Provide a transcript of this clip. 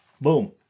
Boom